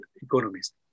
economies